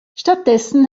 stattdessen